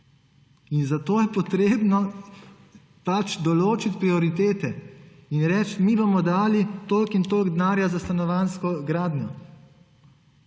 Zato je potrebno določiti prioritete in reči, mi bomo dali toliko in toliko denarja za stanovanjsko gradnjo.